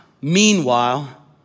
meanwhile